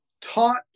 taught